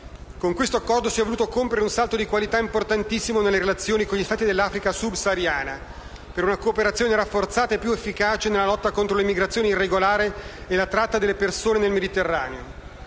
Con questo accordo si è voluto compiere un salto di qualità importantissimo nelle relazioni con gli Stati dell'Africa sub-sahariana per una cooperazione rafforzata e più efficace nella lotta contro l'emigrazione irregolare e la tratta di persone nel Mediterraneo.